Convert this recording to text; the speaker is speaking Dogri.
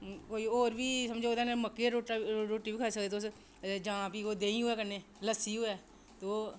कोई होर बी समझो ओह्दे कन्नै मक्के दी रुट्टी रुट्टी बी खाई सकदे तुस जां भी ओह् देहीं होऐ कन्नै लस्सी होऐ तो